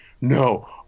No